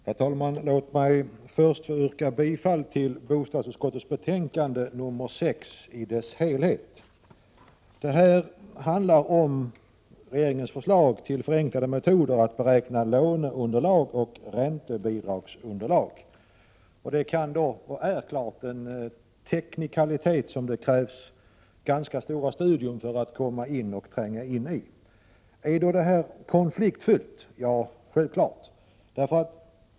Herr talman! Låt mig börja med att yrka bifall till bostadsutskottets hemställan i betänkande 6. Detta betänkande behandlar regeringens förslag till förenklade metoder för beräkning av låneunderlag och räntebidragsunderlag. Det kan vara och är en teknikalitet, som det krävs ganska mycket studier för att tränga in i. Är då detta konfliktfyllt? Ja, självfallet.